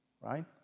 right